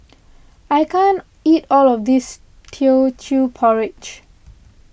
I can't eat all of this Teochew Porridge